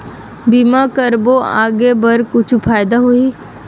बीमा करबो आगे बर कुछु फ़ायदा होही?